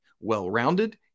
well-rounded